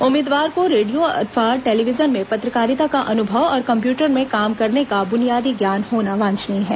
उम्मीदवार को रेडियो अथवा टेलीविजन में पत्रकारिता का अनुभव और कम्प्यूटर में काम करने का ब्रनियादी ज्ञान होना वांछनीय है